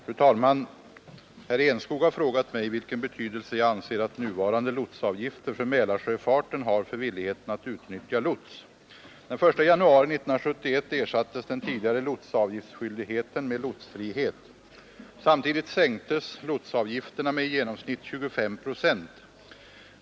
Fru talman! Herr Enskog har frågat mig vilken betydelse jag anser att nuvarande lotsavgifter för Mälarsjöfarten har för villigheten att utnyttja lots. Den 1 januari 1971 ersattes den tidigare lotsavgiftsskyldigheten med lotsfrihet. Samtidigt sänktes lotsavgifterna med i genomsnitt 25 procent.